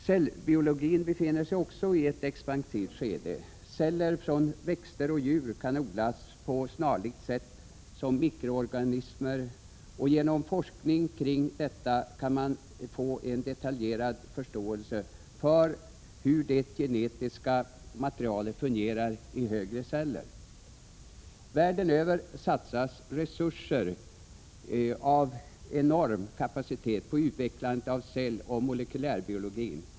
Cellbiologin befinner sig också i ett expansivt skede. Celler från växter och djur kan odlas på snarlikt sätt som mikroorganismer. Genom forskning kring detta kan man få en förståelse i detalj för hur det genetiska materialet fungerar i högre celler. Världen över satsas resurser av enorm kapacitet på utvecklandet av celloch molekylärbiologin.